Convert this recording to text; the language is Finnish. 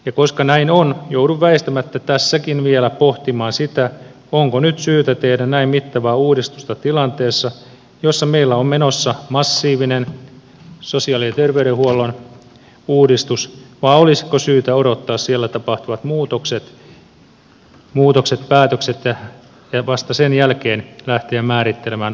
ja koska näin on joudun väistämättä tässäkin vielä pohtimaan sitä onko nyt syytä tehdä näin mittavaa uudistusta tilanteessa jossa meillä on menossa massiivinen sosiaali ja terveydenhuollon uudistus vai olisiko syytä odottaa siellä tapahtuvat muutokset päätökset ja vasta sen jälkeen lähteä määrittelemään valtionosuusuudistus